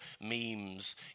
memes